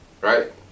right